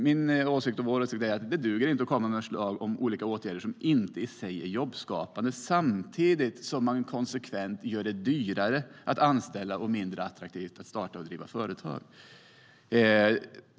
Vår åsikt är att det inte duger att komma med förslag om olika åtgärder som inte är jobbskapande i sig samtidigt som man konsekvent gör det dyrare att anställa och mindre attraktivt att starta och driva företag.